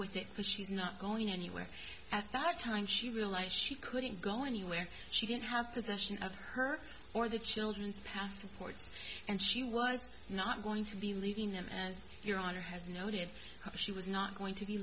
with it and she's not going anywhere at that time she realized she couldn't go anywhere she didn't have possession of her or the children's passports and she was not going to be leaving them as your honor has noted she was not going to be